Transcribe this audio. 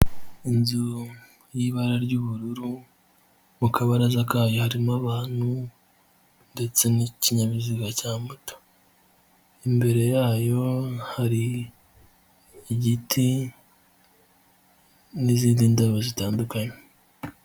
Inzu y'ibara ry'ubururu mu kabaraza kayo harimo abantu, ndetse n'ikinyabiziga cya moto. Imbere yayo hari igiti, n'izindi ndabo zitandukanye.